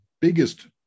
biggest